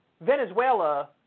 Venezuela